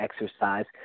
exercise